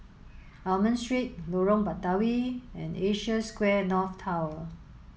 Almond Street Lorong Batawi and Asia Square North Tower